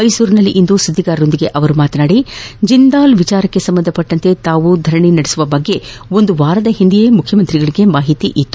ಮೈಸೂರಿನಲ್ಲಿಂದು ಸುದ್ದಿಗಾರರೊಂದಿಗೆ ಮಾತನಾದಿದ ಅವರು ಜಿಂದಾಲ್ ವಿಚಾರಕ್ಕೆ ಸಂಬಂಧಿಸಿದಂತೆ ತಾವು ಧರಣಿ ನಡೆಸುವ ಬಗ್ಗೆ ವಾರದ ಹಿಂದೆಯೇ ಮುಖ್ಯಮಂತ್ರಿಗಳಿಗೆ ಮಾಹಿತಿ ಇತ್ತು